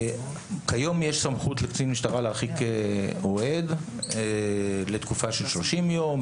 כיום יש סמכות לקצין משטרה להרחיק אוהד לתקופה של שלושים יום.